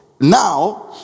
now